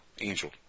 Angel